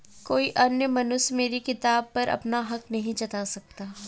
कोई अन्य मनुष्य मेरी किताब पर अपना हक नहीं जता सकता